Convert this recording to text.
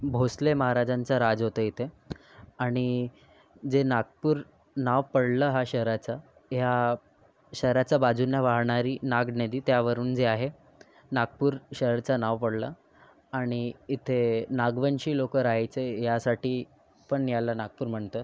भोसले महाराजांचं राज होतं इथे आणि जे नागपूर नाव पडलं हा शहराचं या शहराचं बाजूनं वाहणारी नाग नदी त्यावरून जे आहे नागपूर शहराचं नाव पडलं आणि इथे नागवंशी लोक राहायचे यासाठी पण ह्याला नागपूर म्हणतात